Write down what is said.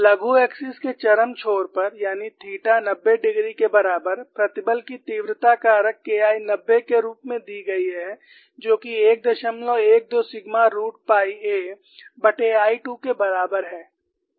लघु एक्सिस के चरम छोर पर यानी थीटा नब्बे डिग्री के बराबर प्रतिबल की तीव्रता कारक K I 90 के रूप में दी गई है जो कि 112 सिग्मा रूट पाई al 2 के बराबर है